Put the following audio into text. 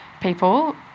people